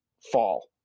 fall